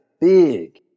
big